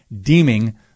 deeming